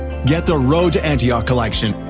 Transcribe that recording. get the road to antioch collection,